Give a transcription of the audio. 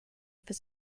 for